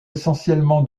essentiellement